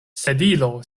sedilo